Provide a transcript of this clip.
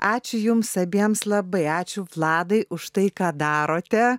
ačiū jums abiems labai ačiū vladai už tai ką darote